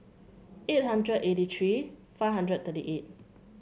eight hundred eighty three five hundred thirty eight